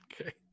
okay